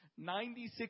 96%